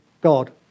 God